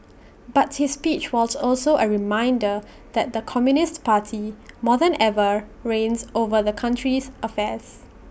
but his speech was also A reminder that the communist party more than ever reigns over the country's affairs